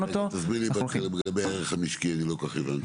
אותו --- תסביר לי לגבי הערך המשקי אני לא כל כך הבנתי.